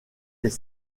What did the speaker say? des